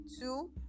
two